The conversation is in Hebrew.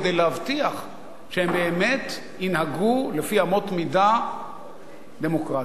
כדי להבטיח שהם באמת ינהגו לפי אמות מידה דמוקרטיות.